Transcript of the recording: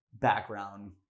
background